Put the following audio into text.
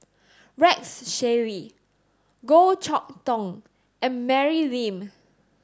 Rex Shelley Goh Chok Tong and Mary Lim